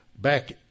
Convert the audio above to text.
back